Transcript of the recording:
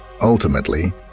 Ultimately